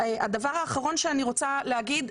הדבר האחרון שאני רוצה להגיד,